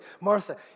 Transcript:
Martha